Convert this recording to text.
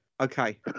Okay